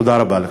תודה רבה.